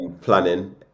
planning